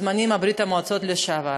בזמנים של ברית-המועצות לשעבר,